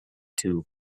two